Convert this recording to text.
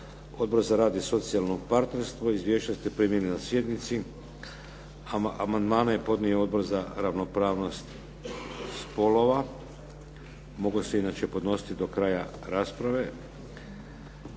Odbor za rad i socijalno partnerstvo. Izvješća ste primili na sjednici. Amandmane je podnio Odbor za ravnopravnost spolova. Mogu se inače podnositi do kraja rasprave.